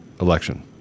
election